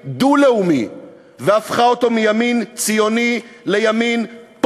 והפכה אותו מימין לאומי לימין דו-לאומי,